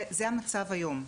זה המצב היום.